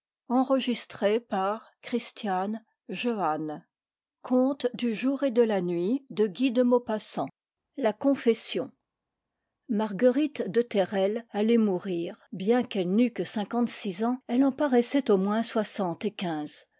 sous la signature maufrigneuse s marguerite de thérelles allait mourir bien qu'elle n'eût que cinquante et six ans elle en paraissait au moins soixante et